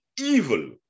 evil